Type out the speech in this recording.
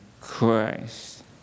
Christ